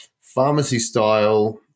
pharmacy-style